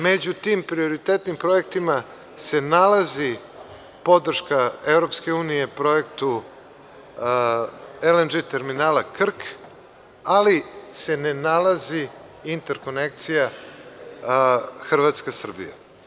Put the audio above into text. Među tim prioritetnim projektima senalazi podrška EU projektu LNG Terminala Krk, ali se ne nalazi interkonekcija Hrvatska – Srbija.